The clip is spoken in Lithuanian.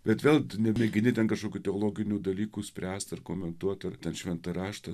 bet vėl nemėgini ten kažkokių teologinių dalykų spręst ar komentuot ar ten šventą raštą